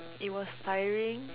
it was tiring